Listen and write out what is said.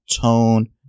tone